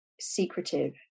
secretive